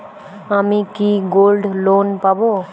আমি কি gold loan পাবো?